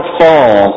fall